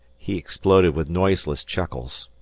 he exploded with noiseless chuckles.